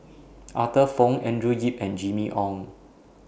Arthur Fong Andrew Yip and Jimmy Ong